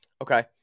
Okay